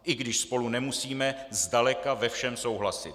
I když spolu nemusíme zdaleka ve všem souhlasit.